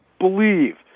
believe